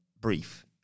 brief